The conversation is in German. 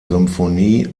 symphonie